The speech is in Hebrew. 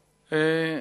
ראשונה.